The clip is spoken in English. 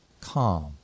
Calm